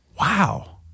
Wow